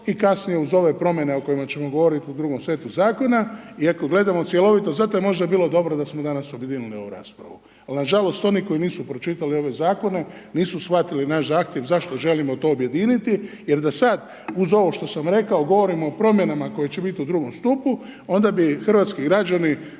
i kasnije uz ove promjene o kojima ćemo govoriti u drugom setu Zakona, i ako gledamo cjelovito .../Govornik se ne razumije./..., možda bi bilo dobro da smo danas objedinili ovu raspravu, ali nažalost oni koji nisu pročitali ove Zakone, nisu shvatili naš zahtjev zašto želimo to objediniti, jer da sad uz ovo što sam rekao, govorimo o promjenama koje će biti u drugom stupu, onda bi hrvatski građani